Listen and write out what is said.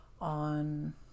on